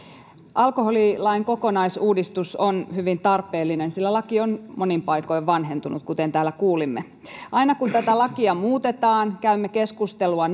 alkoholilain kokonaisuudistus on hyvin tarpeellinen sillä laki on monin paikoin vanhentunut kuten täällä kuulimme aina kun tätä lakia muutetaan käymme keskustelua